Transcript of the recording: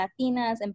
Latinas